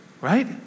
right